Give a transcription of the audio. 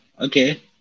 okay